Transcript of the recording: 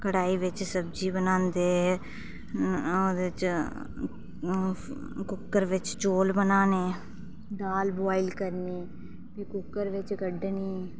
कढ़ाई बिच सब्जी बनांदे ओह्दे च कुक्कर बिच चौल बनाने दाल बुआइल करनी फ्ही कुक्कर बिच्च कड्ढनी